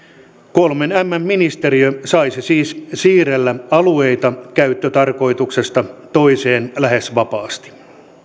kolmen mn ministeriö saisi siis siirrellä alueita käyttötarkoituksesta toiseen lähes vapaasti